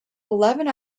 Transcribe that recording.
eleven